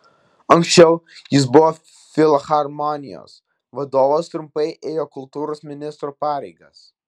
anksčiau jis buvo filharmonijos vadovas trumpai ėjo kultūros ministro pareigas